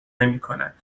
نمیکند